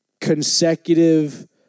consecutive